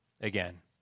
again